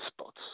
spots